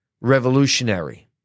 revolutionary